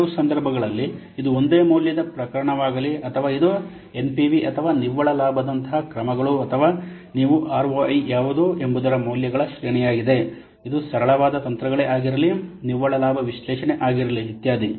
ಎರಡೂ ಸಂದರ್ಭಗಳಲ್ಲಿ ಇದು ಒಂದೇ ಮೌಲ್ಯದ ಪ್ರಕರಣವಾಗಲಿ ಅಥವಾ ಇದು ಎನ್ಪಿವಿ ಅಥವಾ ನಿವ್ವಳ ಲಾಭದಂತಹ ಕ್ರಮಗಳು ಅಥವಾ ನೀವು ಆರ್ಒಐ ಯಾವುದು ಎಂಬುದರ ಮೌಲ್ಯಗಳ ಶ್ರೇಣಿಯಾಗಿದೆ ಇದು ಸರಳವಾದ ತಂತ್ರಗಳೇ ಆಗಿರಲಿ ನಿವ್ವಳ ಲಾಭ ವಿಶ್ಲೇಷಣೆ ಆಗಿರಲಿ ಇತ್ಯಾದಿ